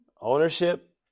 Ownership